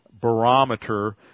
barometer